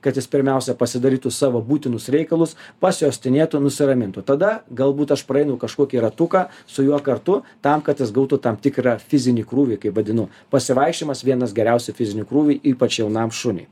kad jis pirmiausia pasidarytų savo būtinus reikalus pasiuostinėtų nusiramintų tada galbūt aš praeinu kažkokį ratuką su juo kartu tam kad jis gautų tam tikrą fizinį krūvį kaip vadinu pasivaikščiojimas vienas geriausių fizinių krūvių ypač jaunam šuniui